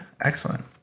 excellent